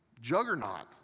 juggernaut